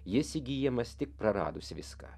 jis įgyjamas tik praradus viską